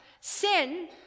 sin